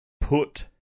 put